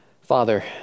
Father